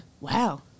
wow